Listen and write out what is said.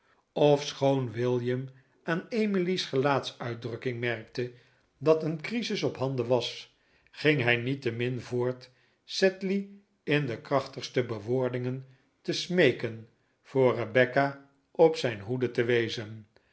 ofschoon william aan amelia's gelaatsuitdrukking merkte dat een crisis op handen was ging hij niettemin voort sedley in de krachtigste bewoordingen te smeeken voor rebecca op zijn hoede te wezen